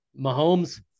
Mahomes